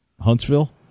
Huntsville